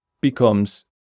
becomes